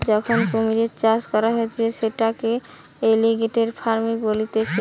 যখন কুমিরের চাষ করা হতিছে সেটাকে এলিগেটের ফার্মিং বলতিছে